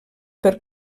per